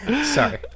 Sorry